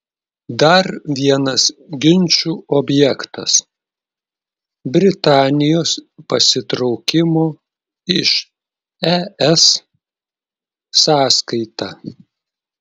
dar vienas ginčų objektas britanijos pasitraukimo iš es sąskaita